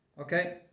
Okay